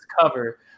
cover